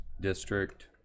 district